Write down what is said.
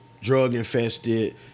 drug-infested